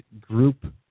group